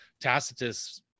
Tacitus